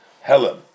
Helen